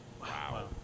Wow